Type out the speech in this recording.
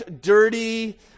dirty